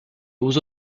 aux